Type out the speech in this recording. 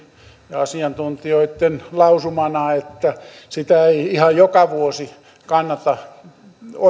asiantuntijoitten lausumana että sitä ei ihan joka vuosi kannata